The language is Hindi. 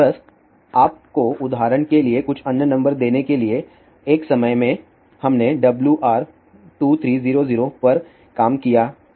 बस आपको उदाहरण के लिए कुछ अन्य नंबर देने के लिए एक समय में हमने WR 2300 पर काम किया था